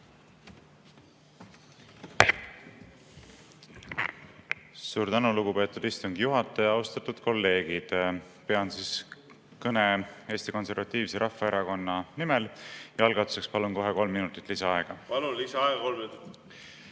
Suur tänu, lugupeetud istungi juhataja! Austatud kolleegid! Pean kõne Eesti Konservatiivse Rahvaerakonna nimel. Algatuseks palun kohe kolm minutit lisaaega. Palun, lisaaega kolm minutit!